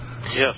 Yes